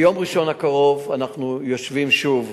ביום ראשון הקרוב אנחנו יושבים שוב